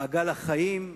מעגל החיים,